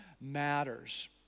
matters